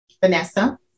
Vanessa